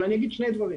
אבל אני אגיד שני דברים,